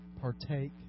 partake